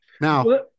Now